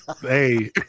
Hey